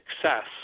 success